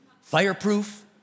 fire-proof